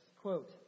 quote